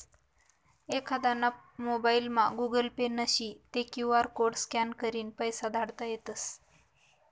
एखांदाना मोबाइलमा Google Pay नशी ते क्यु आर कोड स्कॅन करीन पैसा धाडता येतस